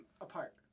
apart